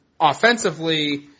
offensively